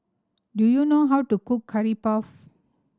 do you know how to cook Curry Puff